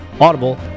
Audible